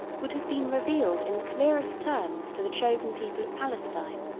would have been revealed in the clearest terms to the chosen people of palestine,